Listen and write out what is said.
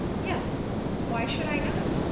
yes why should i not?